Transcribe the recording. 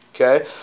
Okay